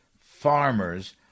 farmers